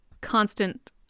constant